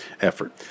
effort